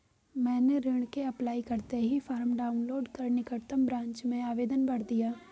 मैंने ऋण के अप्लाई करते ही फार्म डाऊनलोड कर निकटम ब्रांच में आवेदन भर दिया